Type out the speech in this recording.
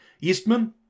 Eastman